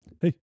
Hey